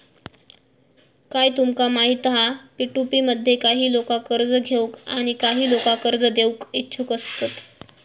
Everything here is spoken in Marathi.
काय तुमका माहित हा पी.टू.पी मध्ये काही लोका कर्ज घेऊक आणि काही लोका कर्ज देऊक इच्छुक असतत